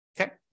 Okay